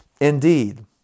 Indeed